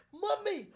mummy